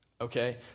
Okay